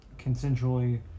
consensually